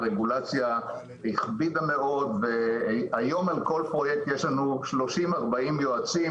הרגולציה הכבידה מאוד והיום על כל פרויקט יש לנו 30,40 יועצים,